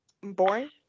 boring